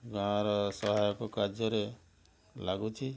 ଗାଁ'ର ସହାୟକ କାର୍ଯ୍ୟରେ ଲାଗୁଛି